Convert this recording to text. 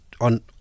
on